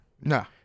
No